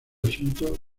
asuntos